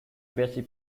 basie